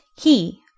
He